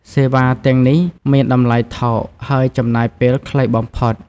សេវាទាំងនេះមានតម្លៃថោកហើយចំណាយពេលខ្លីបំផុត។